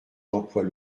d’emplois